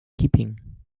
keeping